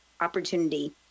opportunity